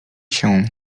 się